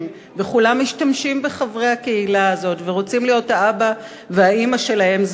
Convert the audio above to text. וכולם משתמשים בחברי הקהילה הזאת ורוצים להיות האבא והאימא שלהם,